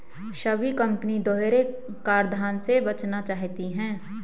सभी कंपनी दोहरे कराधान से बचना चाहती है